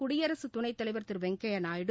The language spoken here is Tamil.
குடியரசு துணைத்தலைவர் திரு வெங்கையா நாயுடு